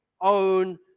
own